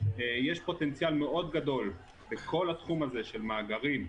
יש פוטנציאל גדול מאוד לכל התחום הזה של מאגרים,